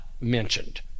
mentioned